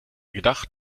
gedacht